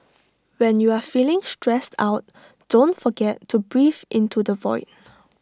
when you are feeling stressed out don't forget to breathe into the void